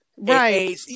Right